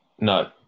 No